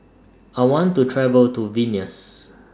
I want to travel to Vilnius